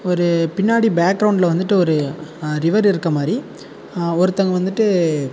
ஒரு பின்னாடி பேக்கிரவுண்டில் வந்துட்டு ஒரு ரிவர் இருக்கமாதிரி ஒருத்தங்க வந்துட்டு